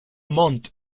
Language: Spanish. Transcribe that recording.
montt